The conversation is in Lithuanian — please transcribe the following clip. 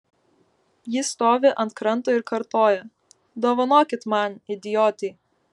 ji stovi ant kranto ir kartoja dovanokit man idiotei